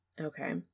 Okay